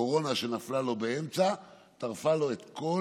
והקורונה שנפלה לו באמצע טרפה לו את כל